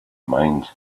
mind